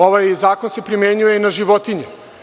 Ovaj zakon se primenjuje i na životinje.